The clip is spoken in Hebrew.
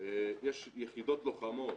יש יחידות לוחמות,